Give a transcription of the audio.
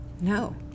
No